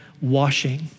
washing